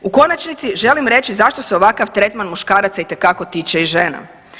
U konačnici želim reći zašto se ovakav tretman muškaraca itekako tiče i žena.